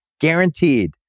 guaranteed